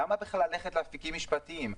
למה בכלל ללכת לאפיקים משפטיים?